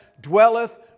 dwelleth